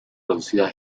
reducida